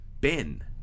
Ben